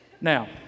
Now